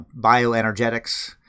bioenergetics